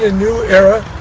ah new era.